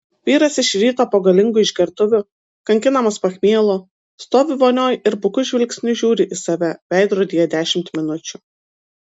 vyras iš ryto po galingų išgertuvių kankinamas pachmielo stovi vonioj ir buku žvilgsniu žiūri į save veidrodyje dešimt minučių